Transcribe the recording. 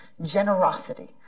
generosity